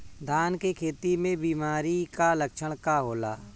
धान के खेती में बिमारी का लक्षण का होला?